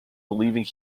believing